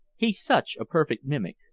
he's such a perfect mimic.